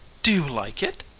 do you like it?